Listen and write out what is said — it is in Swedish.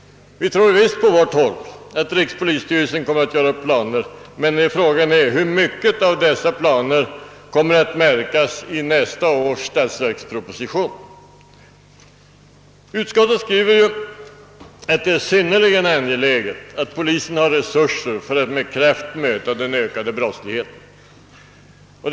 Vi tror visst att rikspolisstyrelsen kommer att göra upp planer, men frågan är hur mycket av dessa planer som kommer att märkas i nästa års statsverksproposition. Utskottet: skriver att det är synnerligen angeläget att polisen har resurser för att med kraft möta den ökade brottsligheten.